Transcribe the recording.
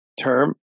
term